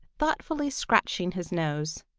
thoughtfully scratching his nose,